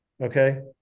Okay